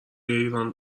ایران